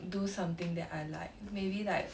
do something that I like maybe like